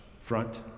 front